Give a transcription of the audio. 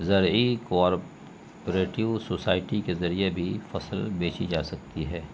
زرعی cooperative society کے ذریعے بھی فصل بیچی جا سکتی ہے